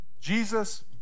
Jesus